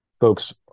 folks